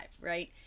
right